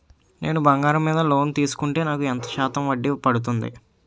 నేను బంగారం మీద లోన్ తీసుకుంటే నాకు ఎంత శాతం వడ్డీ పడుతుంది?